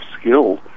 skill